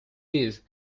this